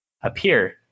appear